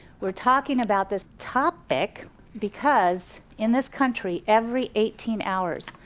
we're talking about the topic because in this country every eighteen hours,